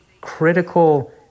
critical